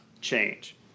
change